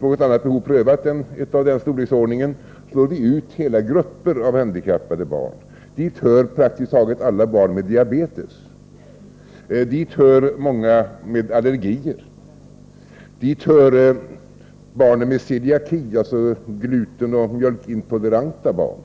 något annat behov prövat än det som motsvaras av belopp av den här storleksordningen, slår vi i själva verket ut hela grupper av handikappade barn. Dit hör praktiskt taget alla barn med diabetes, och dit hör många barn med allergier. Dit hör barnen med celiaki, dvs. glutenoch mjölkintoleranta barn.